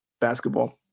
basketball